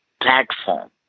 platform